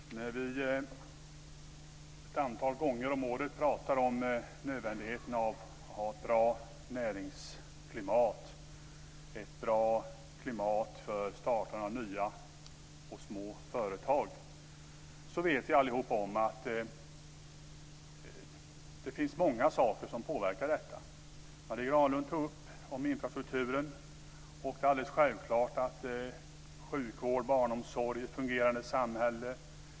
Fru talman! När vi ett antal gånger om året pratar om nödvändigheten av ett bra näringsklimat, ett bra klimat för startande av nya och små företag, vet vi allihop att det finns många saker som påverkar detta. Marie Granlund tog upp infrastrukturen. Och det är alldeles självklart att det handlar om sjukvård, barnomsorg och om ett fungerande samhälle.